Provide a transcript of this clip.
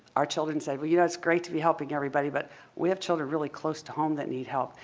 our children said, well, you know, it's great to be helping everybody, but we have children really close to home that need help.